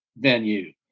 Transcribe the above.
venue